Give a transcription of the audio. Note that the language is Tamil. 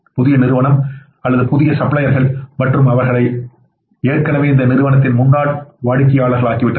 புதிய நிறுவனம் அல்லது புதிய சப்ளையர்கள் மற்றும் அவர்கள் ஏற்கனவே இந்த நிறுவனத்தின் முன்னாள் வாடிக்கையாளர்களாகிவிட்டனர்